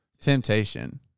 temptation